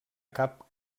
cap